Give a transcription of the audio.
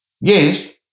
yes